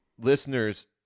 listeners